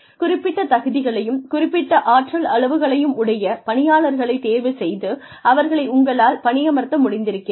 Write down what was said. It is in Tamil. குறிப்பிட்ட தகுதிகளையும் குறிப்பிட்ட ஆற்றல் அளவுகளையும் உடைய பணியாளர்களைத் தேர்வு செய்து அவர்களை உங்களால் பணியமர்த்த முடிந்திருக்கிறது